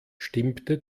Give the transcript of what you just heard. stimmte